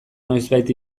noizbait